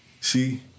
See